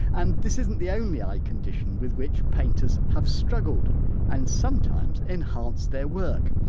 and this isn't the only eye condition with which painters have struggled and sometimes enhanced their work.